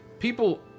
People